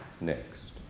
next